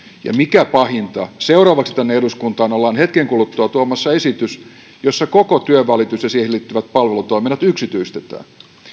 ja mikä pahinta seuraavaksi tänne eduskuntaan ollaan hetken kuluttua tuomassa esitys jossa koko työnvälitys ja siihen liittyvät palvelutoiminnat yksityistetään